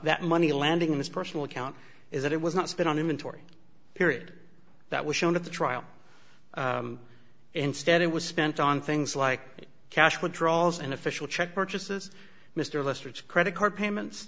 that money landing in this personal account is that it was not spit on him in tory period that was shown at the trial instead it was spent on things like cash withdrawals and official check purchases mr lester credit card payments